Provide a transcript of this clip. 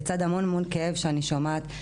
לצד המון המון כאב שאני שומעת.